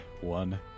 one